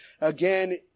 Again